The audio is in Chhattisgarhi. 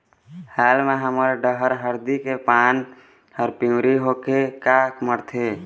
हाल मा हमर डहर हरदी के पान हर पिवरी होके काहे मरथे?